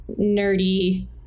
nerdy